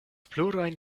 plurajn